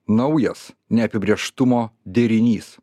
naujas neapibrėžtumo derinys